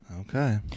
Okay